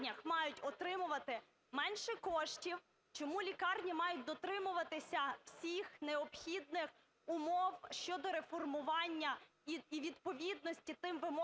мають отримувати менше коштів, чому лікарні мають дотримуватися всіх необхідних умов щодо реформування і відповідності тим вимогам,